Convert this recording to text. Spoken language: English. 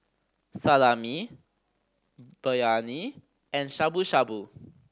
Salami Biryani and Shabu Shabu